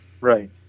Right